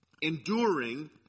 enduring